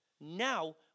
now